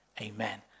Amen